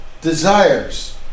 desires